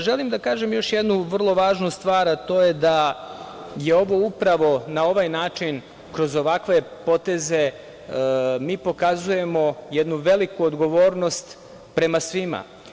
Želim da kažem još jednu vrlo važnu stvar, a to je da upravo na ovaj način, kroz ovakve poteze mi pokazujemo jednu veliku odgovornost prema svima.